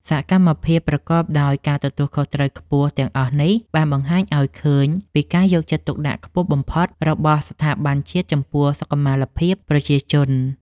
សកម្មភាពប្រកបដោយការទទួលខុសត្រូវខ្ពស់ទាំងអស់នេះ បានបង្ហាញឱ្យឃើញពីការយកចិត្តទុកដាក់ខ្ពស់បំផុតរបស់ស្ថាប័នជាតិចំពោះសុខុមាលភាពប្រជាជន។